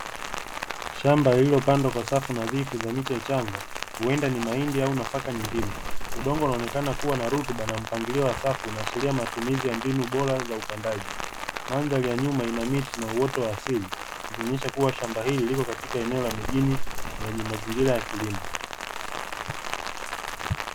Shamba lililopandwa kwa safu nadhifu za miche michanga, huenda ni mahindi au nafaka nyingine, udongo unaonekana kuwa na rutuba na mpangilio wa safu unaashiria matumizi ya mbinu bora za upandaji. Mandhari ya nyuma ina miti na uoto wa asili ikionyesha kuwa shamba hili liko katika eneo la mijini lenye mazingira ya kilimo.